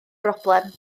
broblem